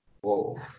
Whoa